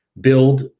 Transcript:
build